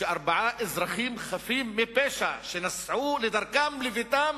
זה שארבעה אזרחים חפים מפשע, שנסעו לדרכם, לביתם,